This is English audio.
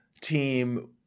team –